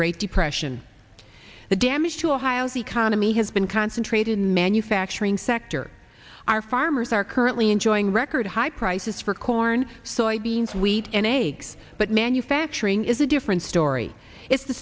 great depression the damage to a high of economy has been concentrated in manufacturing sector our farmers are currently enjoying record high prices for corn soybeans wheat and aig but manufacturing is a different story it's the